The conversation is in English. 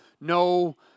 no